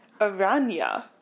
aranya